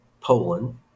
Poland